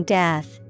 death